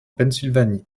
pennsylvanie